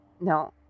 No